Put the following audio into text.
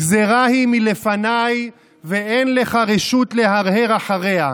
גזרה היא מלפניי ואין לך רשות להרהר אחריה.